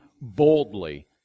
boldly